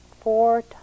four